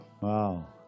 Wow